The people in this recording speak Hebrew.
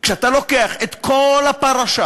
כשאתה לוקח את כל הפרשה